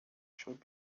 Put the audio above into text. showed